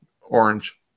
Orange